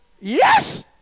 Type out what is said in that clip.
Yes